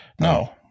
No